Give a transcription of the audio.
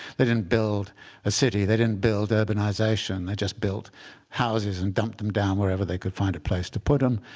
they didn't build a city. they didn't build urbanization. they just built houses and dumped them down wherever they could find a place to put them.